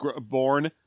born